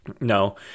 No